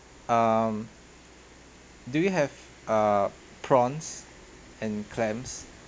um do you have err prawns and clams